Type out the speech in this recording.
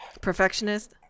perfectionist